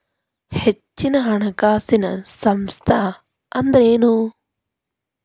ಹೆಚ್ಚಿನ ಹಣಕಾಸಿನ ಸಂಸ್ಥಾ ಅಂದ್ರೇನು?